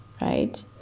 right